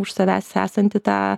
už savęs esantį tą